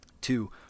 Two